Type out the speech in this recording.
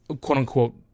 quote-unquote